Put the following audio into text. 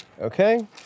Okay